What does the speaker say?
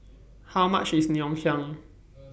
How much IS Ngoh Hiang